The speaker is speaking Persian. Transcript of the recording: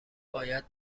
باید